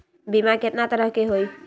बीमा केतना तरह के होइ?